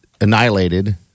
annihilated